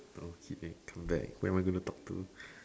no kidding come back who am I going to talk to